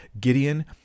Gideon